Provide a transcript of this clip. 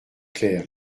claire